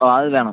ഓ അത് വേണം